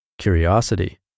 curiosity